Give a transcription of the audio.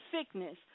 sickness